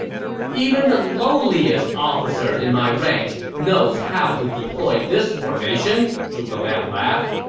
even the lowest officer in my ranks knows how to deploy this formation, zhuge liang laughed.